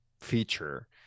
feature